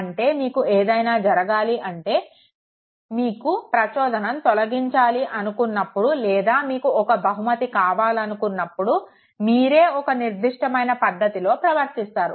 అంటే మీకు ఏదైనా జరగాలి అంటే మీకు ప్రచోదనం తొలగించాలి అనుకున్నప్పుడు లేదా మీకు ఒక బహుమతి కావలనప్పుడు మేరు ఒక నిర్ధిస్టమైన పద్ధతిలో ప్రవర్తిస్తారు